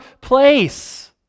place